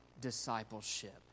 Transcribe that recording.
discipleship